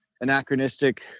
anachronistic